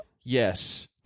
Yes